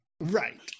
Right